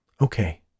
Okay